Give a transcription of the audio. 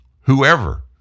Whoever